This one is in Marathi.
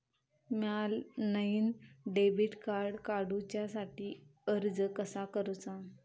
म्या नईन डेबिट कार्ड काडुच्या साठी अर्ज कसा करूचा?